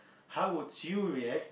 how would you react